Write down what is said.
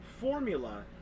formula